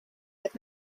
had